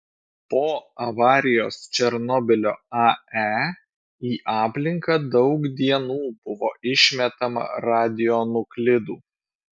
po avarijos černobylio ae į aplinką daug dienų buvo išmetama radionuklidų